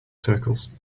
circles